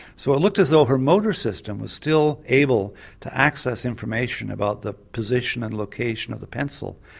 so it looked as though her motor system was still able to access information about the position and location of the pencil,